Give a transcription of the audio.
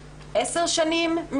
ככלל או לעניין מסוים,